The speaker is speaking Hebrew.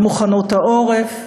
במוכנות העורף.